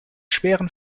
schweren